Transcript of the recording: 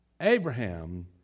Abraham